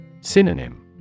Synonym